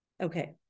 okay